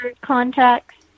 contacts